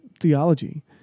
theology